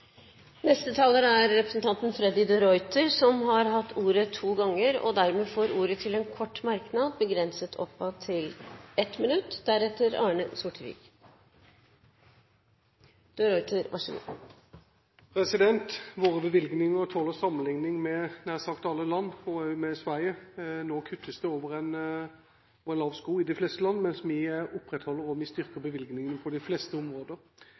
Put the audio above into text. Freddy de Ruiter har hatt ordet to ganger og får ordet til en kort merknad, begrenset til 1 minutt. Våre bevilgninger tåler sammenligning med nær sagt alle land, også med Sverige. Nå kuttes det over en lav sko i de fleste land, mens vi opprettholder og styrker bevilgningen på de fleste områder.